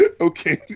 Okay